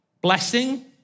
Blessing